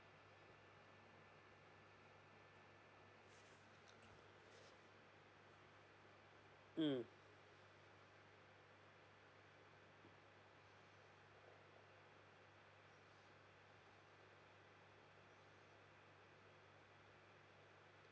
mm